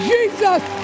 Jesus